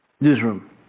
Newsroom